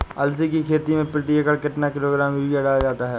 अलसी की खेती में प्रति एकड़ कितना किलोग्राम यूरिया डाला जाता है?